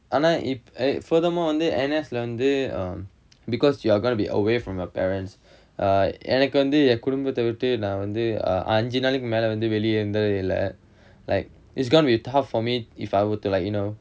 ஆனா இப்~:aana ip~ eh furthermore வந்து:vanthu N_S lah வந்து:vanthu um because you're going to be away from your parents uh எனக்கு வந்து என் குடும்பத்த விட்டு நா வந்து:enakku vanthu en kudumbatha vittu na vanthu err அஞ்சு நாளைக்கு மேல வந்து வெளிய இருந்ததே இல்ல:anju nalaikku mela vanthu veliya irunthathe illa like it's going to be tough for me if I were to like you know